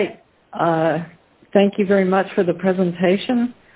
right thank you very much for the presentation